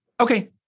Okay